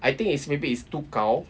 I think it's maybe it's too kaw